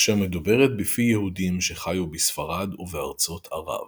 אשר מדוברת בפי יהודים שחיו בספרד ובארצות ערב.